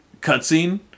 cutscene